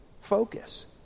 Focus